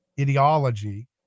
ideology